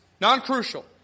Non-crucial